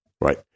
Right